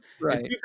Right